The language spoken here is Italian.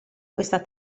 questa